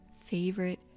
favorite